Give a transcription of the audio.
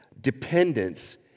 dependence